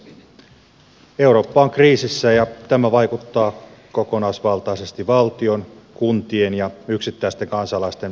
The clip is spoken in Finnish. eurooppa on kriisissä ja tämä vaikuttaa kokonaisvaltaisesti valtion kuntien ja yksittäisten kansalaisten selviytymiseen ja arkeen